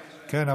כן,